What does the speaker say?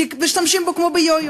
כי משתמשים בו כמו ביו-יו.